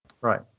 Right